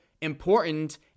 important